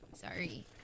Sorry